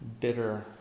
bitter